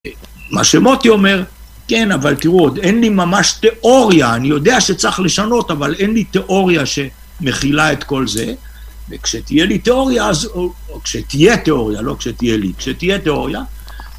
מה שמוטי אומר כן אבל תראו עוד אין לי ממש תיאוריה אני יודע שצריך לשנות אבל אין לי תיאוריה שמכילה את כל זה וכשתהיה לי תיאוריה אז או כשתהיה תיאוריה לא כשתהיה לי כשתהיה תיאוריה